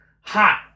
hot